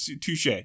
Touche